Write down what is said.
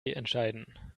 entscheiden